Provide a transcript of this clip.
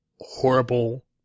horrible